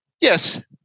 Yes